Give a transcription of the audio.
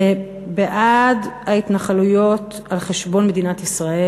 בעד ההתנחלויות על חשבון מדינת ישראל.